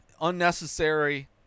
unnecessary